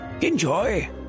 Enjoy